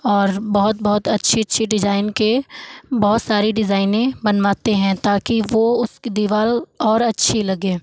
और बहुत बहुत अच्छी अच्छी डिज़ाइन के बहुत सारी डिज़ाइने बनवाते हैं ताकि वो उसकी दीवार और अच्छी लगे